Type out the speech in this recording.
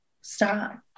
stop